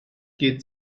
geht